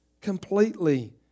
completely